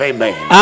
Amen